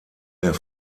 der